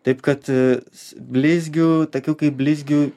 taip kad s blizgių tokių kaip blizgių